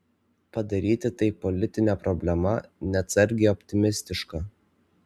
padaryti tai politine problema neatsargiai optimistiška